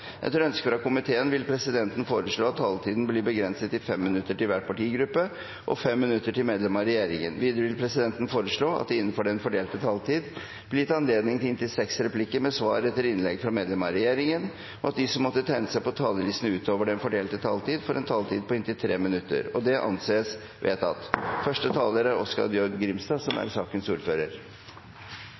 Etter ønske fra komiteen vil presidenten foreslå at taletiden blir begrenset til 5 minutter til hver partigruppe og 5 minutter til medlemmer av regjeringen. Videre vil presidenten foreslå at det – innenfor den fordelte taletid – blir gitt anledning til inntil seks replikker med svar etter innlegg fra medlemmer av regjeringen, og at de som måtte tegne seg på talerlisten utover den fordelte taletid, får en taletid på inntil 3 minutter. – Det anses vedtatt. Det er